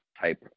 type